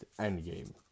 Endgame